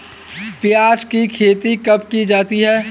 प्याज़ की खेती कब की जाती है?